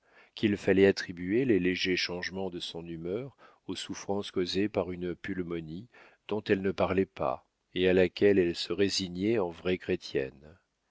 qu'il fallait attribuer les légers changements de son humeur aux souffrances causées par une pulmonie dont elle ne parlait pas et à laquelle elle se résignait en vraie chrétienne